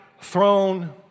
throne